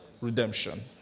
redemption